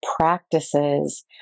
practices